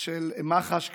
של מח"ש כלפיהם.